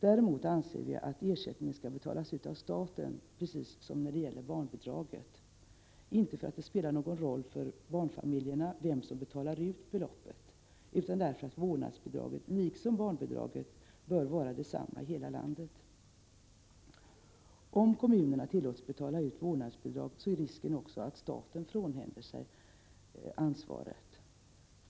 Däremot anser vi att ersättningen precis som när det gäller barnbidraget skall betalas ut av staten. Inte för att det spelar någon roll för barnfamiljerna vem som betalar ut beloppet, utan därför att vårdnadsbidraget, liksom barnbidraget, bör vara detsamma i hela landet. Om kommunerna tillåts betala ut vårdnadsbidrag är risken också att staten frånhänder sig ansvaret.